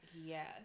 yes